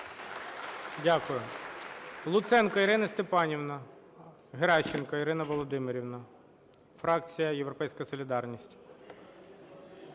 Дякую. Луценко Ірина Степанівна. Геращенко Ірина Володимирівна, фракція "Європейська солідарність".